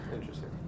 interesting